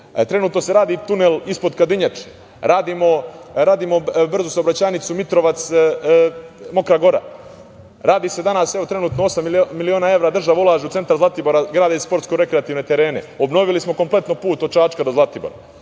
Trenutno se radi tunel ispod Kadinjače. Radimo brzu saobraćajnicu Mitrovac-Mokra Gora. Radi se danas, trenutno osam miliona evra država ulaže u centar Zlatibora, gradi sportsko-rekreativne terene. Obnovili smo kompletno put od Čačka do Zlatibora.